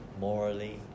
morally